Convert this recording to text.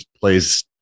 plays